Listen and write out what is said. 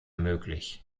möglich